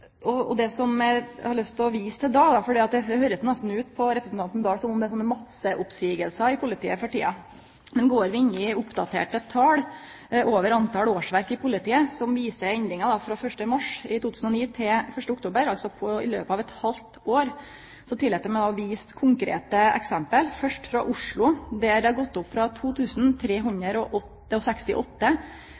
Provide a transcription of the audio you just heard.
er ledig jobb. Det eg har lyst til å vise til då – for det høyrest nesten ut på representanten Dahl som om det er masseoppseiingar i politiet for tida – er at dersom vi går inn i oppdaterte tal over årsverk i politiet, ser vi endringar frå 1. mars til 1. oktober 2009, altså i løpet av eit halvt år. Eg tillèt meg å vise til konkrete eksempel, først frå Oslo, der talet er gått opp frå